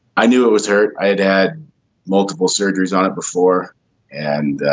i knew it was hurt i had had multiple surgeries on it before and